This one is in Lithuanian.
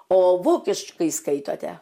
o vokiškai skaitote